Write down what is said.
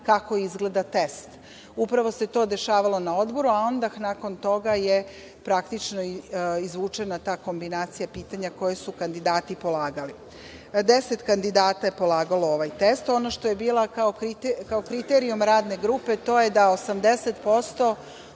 kako izgleda test. To se dešavalo na odboru, a onda nakon toga je izvučena ta kombinacija pitanja koja su kandidati polagali. Deset kandidata je polagalo ovaj test. Ono što je bio kriterijum radne grupe to je da 80%